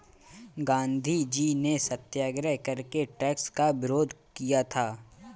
गांधीजी ने सत्याग्रह करके टैक्स का विरोध किया था